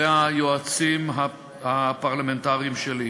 וליועצים הפרלמנטריים שלי.